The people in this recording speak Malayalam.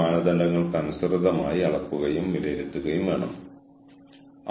എനിക്ക് കൂടുതൽ പരിശീലനം ആവശ്യമുണ്ടോ ജീവനക്കാർക്ക് ആവശ്യമുണ്ടോ